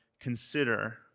consider